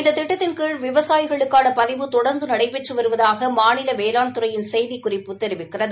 இந்த திட்டத்தின் கீழ் விவசாயிகளுக்கான பதிவு தொடர்ந்து நடைபெற்று வருவதாக மாநில வேளாண் துறையின் செய்திக்குறிப்பு தெரிவிக்கிறது